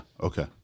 Okay